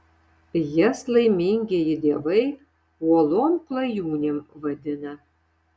jas laimingieji dievai uolom klajūnėm vadina